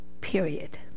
period